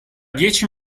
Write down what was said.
dieci